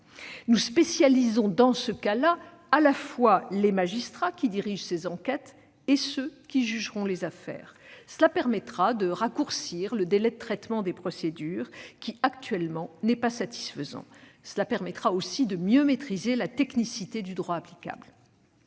Nous spécialisons dans ce cas-là à la fois les magistrats qui dirigent ces enquêtes et ceux qui jugeront les affaires. Cela permettra de raccourcir le délai de traitement des procédures, qui, actuellement, n'est pas satisfaisant. Cela permettra aussi de mieux maîtriser la technicité du droit applicable.